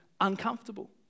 uncomfortable